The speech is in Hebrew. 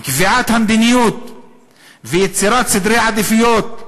"קביעת מדיניות ויצירת סדרי עדיפויות,